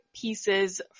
pieces